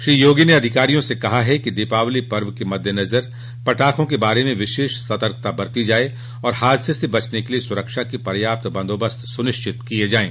श्री योगी ने अधिकारियों से कहा है कि दीपावली पर्व के मद्देनजर पटाखों के बारे में विशेष सतर्कता बरती जाये तथा हादसे से बचने के लिए सुरक्षा के पयाप्त बंदोबस्त सुनिश्चित किये जाये